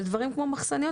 אבל דברים כמו מחסניות,